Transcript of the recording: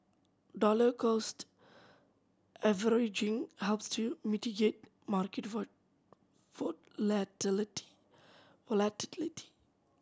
dollar cost averaging helps to mitigate market volatility